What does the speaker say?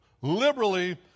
liberally